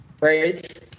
Right